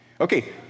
Okay